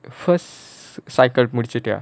first cycle முடிச்சிட்டியா:mudichittiyaa